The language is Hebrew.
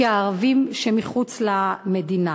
כאל ערבים שמחוץ למדינה.